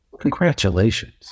Congratulations